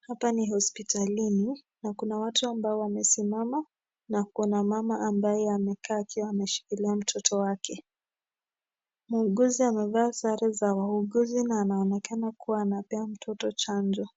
Hapa ni hospitalini na kuna watu ambao wamesimama na kuna mama ambaye amekaa akiwa ameshikilia mtoto wake. Muuguzi amevaa sare wa wauguzi na anaonekana kuwa anapea mtoto chanjo.